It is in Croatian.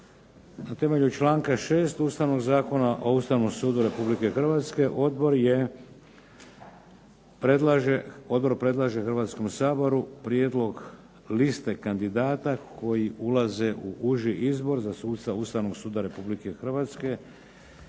Na temelju članka 6. ustavnog Zakona o Ustavnom sudu Republike Hrvatske Odbor predlaže Hrvatskom saboru prijedlog liste kandidata koji ulaze u uži izbor za suca Ustavnog suda Republike Hrvatske,